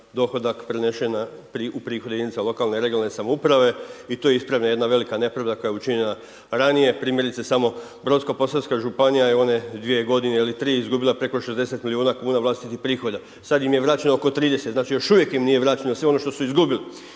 dohodak prenešen u prihode jedinice lokalne i regionalne samouprave i tu je ispravljena jedna nepravda koja je učenjena ranije, primjerice samo Brodsko-posavska županija je u one dvije godine ili tri izgubila preko 60 milijuna kn vlastitih prihoda. Sad im je vraćeno oko 30, znači još uvijek im nije vraćeno sve što su izgubili